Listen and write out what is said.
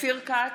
אופיר כץ,